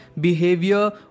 behavior